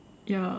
ya